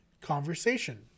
conversation